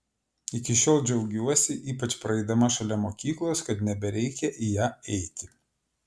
iki šiol džiaugiuosi ypač praeidama šalia mokyklos kad nebereikia į ją eiti